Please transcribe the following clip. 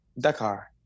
Dakar